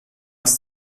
aus